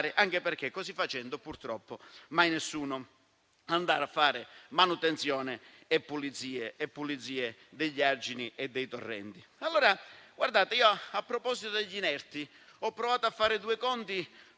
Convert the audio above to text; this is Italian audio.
anche perché così facendo, purtroppo, mai nessuno farà manutenzione e pulizia degli argini e dei torrenti. A proposito degli inerti, ho provato a fare due conti